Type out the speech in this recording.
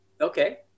Okay